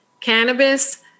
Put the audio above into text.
cannabis